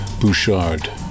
Bouchard